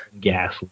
gas